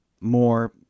more